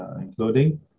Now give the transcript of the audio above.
including